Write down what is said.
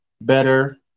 better